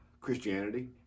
Christianity